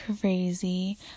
crazy